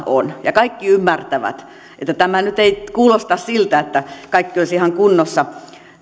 on ja kaikki ymmärtävät että tämä nyt ei kuulosta siltä että kaikki olisi ihan kunnossa